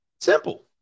Simple